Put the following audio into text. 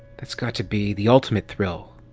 that's got to be the ultimate thrill.